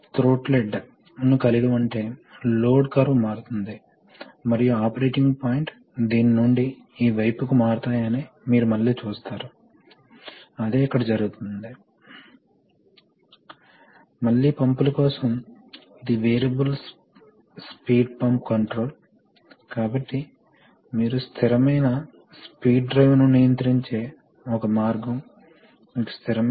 మా తదుపరి ఉపన్యాసంలో ఈ డైరెక్షన్ వాల్వ్ కొన్నిసార్లు అవి కదలాలి మేము ఈ స్థానం నుండి ఆ స్థానానికి డైరెక్షనల్ వాల్వ్ను తరలించడం గురించి మాట్లాడుతున్నాము కాబట్టి మనం హైడ్రాలిక్స్ మాదిరిగానే అక్కడకు ఎలా కదులుతాయి